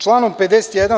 Članom 51.